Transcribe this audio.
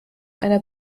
einer